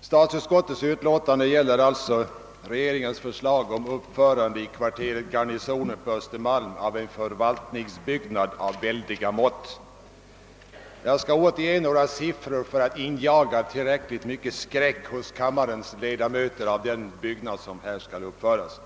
Statsutskottets utlåtande nr 118 gäller regeringens förslag om uppförande i kvarteret Garnisonen på Östermalm av en förvaltningsbyggnad av väldiga mått. Jag skall återge några siffror för att injaga tillräckligt mycket skräck hos kammarens ledamöter för den byggnad som här är avsedd att uppföras.